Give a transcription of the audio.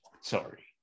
Sorry